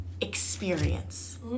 experience